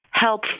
help